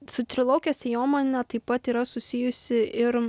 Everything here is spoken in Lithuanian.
su trilauke sėjomaina taip pat yra susijusi ir